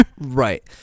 Right